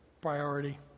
priority